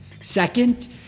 Second